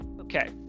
okay